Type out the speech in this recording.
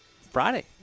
Friday